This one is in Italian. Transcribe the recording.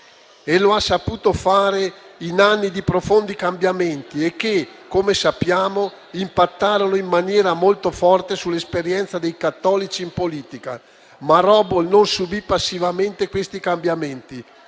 e lo ha saputo fare in anni di profondi cambiamenti che, come sappiamo, impattarono in maniera molto forte sull'esperienza dei cattolici in politica. Robol non subì però passivamente questi cambiamenti.